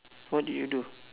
what do you do